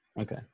Okay